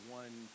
one